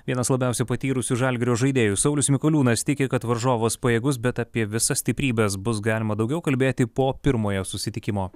vienas labiausiai patyrusių žalgirio žaidėjų saulius mikoliūnas tiki kad varžovas pajėgus bet apie visas stiprybes bus galima daugiau kalbėti po pirmojo susitikimo